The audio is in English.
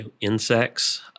insects